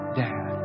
dad